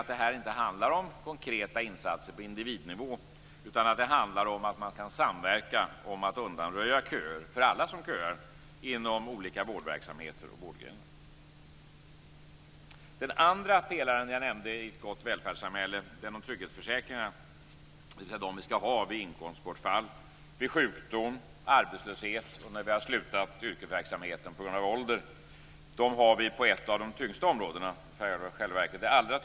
Det här handlar inte om konkreta insatser på individnivå, utan det handlar om en samverkan för att undanröja köerna för alla som köar inom olika vårdverksamheter och vårdgrenar. Den andra pelaren som jag nämnde i gott välfärdssamhälle var detta med trygghetsförsäkringarna, dvs. de försäkringar som skall gälla vid inkomstbortfall, vid sjukdom, vid arbetslöshet och när vi har slutat vår yrkesverksamhet på grund av ålder. Då kommer jag in på det allra tyngsta området, nämligen pensionerna.